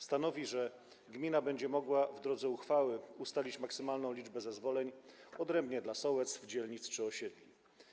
Stanowi, że gmina będzie mogła w drodze uchwały ustalić maksymalną liczbę zezwoleń, odrębnie dla sołectw, dzielnic czy osiedli.